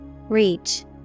Reach